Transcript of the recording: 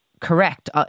correct